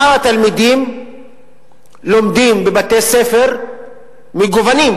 שאר התלמידים לומדים בבתי-ספר מגוונים.